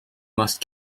must